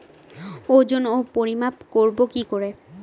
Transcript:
ওজন ও পরিমাপ করব কি করে?